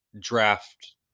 draft